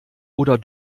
oder